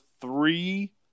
three